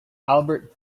albert